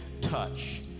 touch